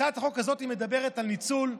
הצעת החוק הזאת מדברת על ניצול,